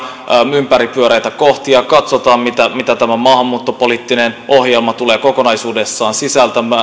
ympäripyöreitä kohtia katsotaan mitä mitä tämä maahanmuuttopoliittinen ohjelma tulee kokonaisuudessaan